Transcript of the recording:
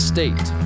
State